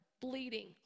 bleeding